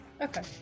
okay